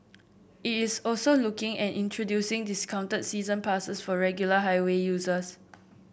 it is also looking at introducing discounted season passes for regular highway users